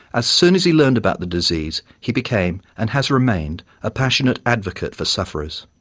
as soon as he learned about the disease he became, and has remained, a passionate advocate for sufferers.